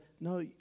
No